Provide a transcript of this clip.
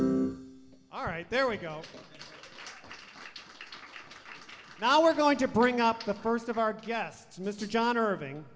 meat all right there we go now we're going to bring up the first of our guests mr john irving